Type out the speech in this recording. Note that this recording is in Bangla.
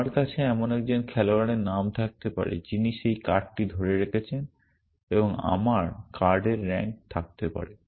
আমার কাছে এমন একজন খেলোয়াড়ের নাম থাকতে পারে যিনি সেই কার্ডটি ধরে রেখেছেন এবং আমার কার্ডের র্যাঙ্ক থাকতে পারে